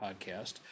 podcast